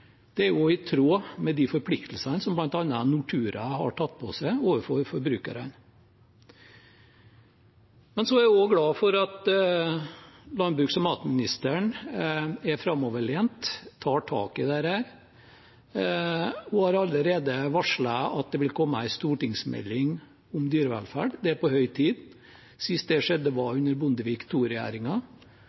Det er også i tråd med de forpliktelsene som bl.a. Nortura har tatt på seg overfor forbrukerne. Så er jeg også glad for at landbruks- og matministeren er framoverlent og tar tak i dette. Hun har allerede varslet at det vil komme en stortingsmelding om dyrevelferd. Det er på høy tid. Sist det skjedde, var under Bondevik